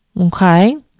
Okay